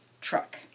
truck